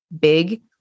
big